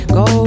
go